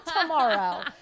Tomorrow